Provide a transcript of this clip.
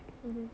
mmhmm